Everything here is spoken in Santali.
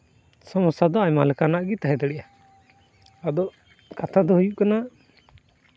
ᱥᱚᱢᱚᱥᱥᱟ ᱫᱚ ᱟᱭᱢᱟ ᱞᱮᱠᱟᱱᱟᱜ ᱜᱮ ᱛᱟᱦᱮᱸ ᱫᱟᱲᱮᱭᱟᱜᱼᱟ ᱟᱫᱚ ᱠᱟᱛᱷᱟ ᱫᱚ ᱦᱩᱭᱩᱜ ᱠᱟᱱᱟ